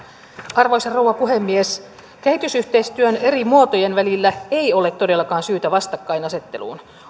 arvoisa rouva puhemies kehitysyhteistyön eri muotojen välillä ei ole todellakaan syytä vastakkainasetteluun